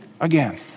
again